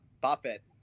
Buffett